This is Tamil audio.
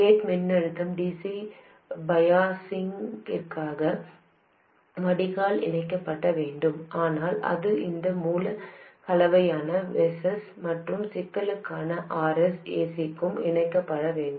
கேட் மின்னழுத்தம் dc பயாஸிங்கிற்காக வடிகால் இணைக்கப்பட வேண்டும் ஆனால் அது இந்த மூல கலவையான Vs மற்றும் சிக்னலுக்கான Rs ac க்கு இணைக்கப்பட வேண்டும்